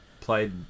played